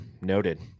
Noted